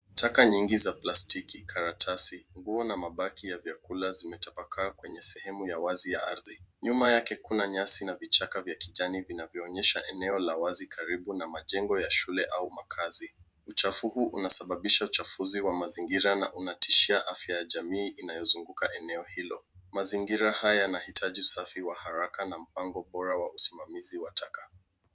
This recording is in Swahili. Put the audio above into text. Taka nyingi za plastiki, karatasi, nguo na mabaki ya vyakula zimetapakaa kwenye sehemu ya wazi ya ardhi. Nyuma yake kuna nyasi na vichaka vya kijani vinavyoonyesha eneo la wazi karibu na majengo ya shule au makazi. Uchafu huu unasababisha uchafuzi wa mazingira na unatishia afya ya jamii inayozunguka eneo hilo. Mazingira haya yanahitaji usafi wa haraka na mpango bora wa usimamizi wa taka.